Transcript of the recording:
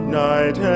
night